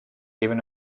even